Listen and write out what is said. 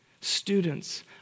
Students